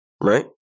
right